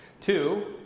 Two